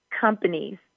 companies